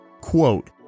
Quote